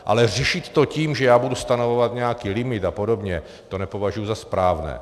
Ale řešit to tím, že já budu stanovovat nějaký limit a podobně, to nepovažuji za správné.